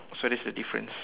so that's the difference